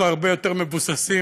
אנחנו הרבה יותר מבוססים.